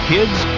Kids